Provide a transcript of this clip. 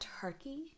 turkey